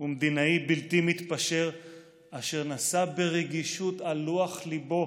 ומדינאי בלתי מתפשר אשר נשא ברגישות על לוח ליבו,